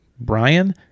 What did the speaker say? Brian